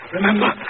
Remember